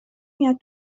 میاد